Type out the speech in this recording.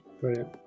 Brilliant